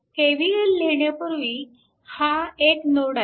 KVL लिहिण्यापूर्वी हा एक नोड आहे